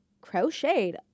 crocheted